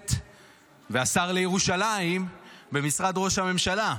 המסורת והשר לירושלים במשרד ראש הממשלה.